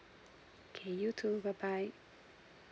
okay you too bye bye